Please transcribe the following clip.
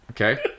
Okay